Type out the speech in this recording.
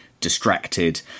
distracted